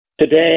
today